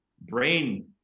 brain